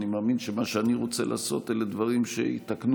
אני מאמין שמה שאני רוצה לעשות אלו דברים שיתקנו.